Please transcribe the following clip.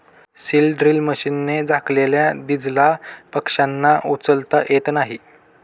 seed drill मशीनने झाकलेल्या दीजला पक्ष्यांना उचलता येत नाही